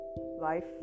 Life